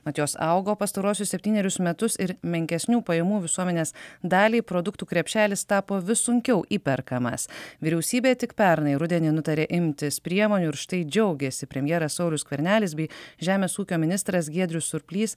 mat jos augo pastaruosius septynerius metus ir menkesnių pajamų visuomenės daliai produktų krepšelis tapo vis sunkiau įperkamas vyriausybė tik pernai rudenį nutarė imtis priemonių ir štai džiaugėsi premjeras saulius skvernelis bei žemės ūkio ministras giedrius surplys